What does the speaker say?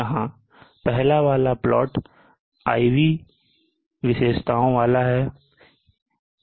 यहां पहला वाला प्लॉट्स IV विशेषताओं वाला है